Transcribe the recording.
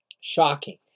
Shocking